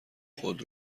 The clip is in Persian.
خود